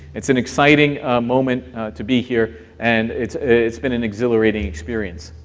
it's an exciting moment to be here and it's it's been an exhilarating experience.